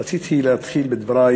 רציתי להתחיל בדברי